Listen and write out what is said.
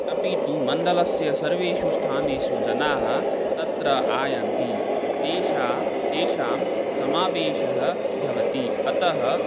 अपि तु मण्डलस्य सर्वेषु स्थानेषु जनाः तत्र आयान्ति तेषां तेषां समावेशः भवति अतः